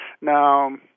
Now